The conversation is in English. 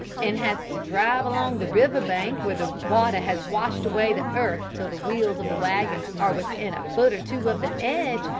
and has to drive along the river bank where the water has washed away the earth till the wheels of the wagon are within a foot or two of the edge,